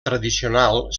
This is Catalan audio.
tradicional